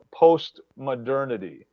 postmodernity